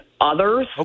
others